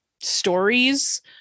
stories